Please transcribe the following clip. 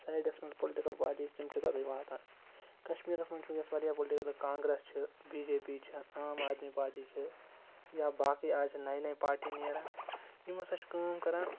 سایڈَس منٛز political parties تِم چھِ تَتٮ۪ن واتان کَشمیٖرَس منٛز چھُ وِنۍکٮ۪س واریاہ پُلٹِکَل کانٛگرٮ۪س چھِ بی جے پی چھےٚ عام آدمی پاٹی چھِ یا باقٕے آز چھِ نَیہِ نَیہِ پاٹی نیران یِم ہَسا چھِ کأم کَران